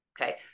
Okay